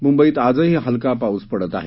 मुंबईत आजही हलका पाऊस पडत आहे